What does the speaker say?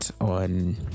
On